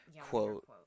quote